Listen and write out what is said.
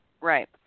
Right